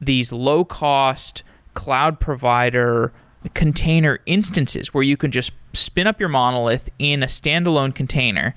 these low-cost cloud provider container instances where you can just spin up your monolith in a standalone container.